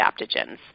adaptogens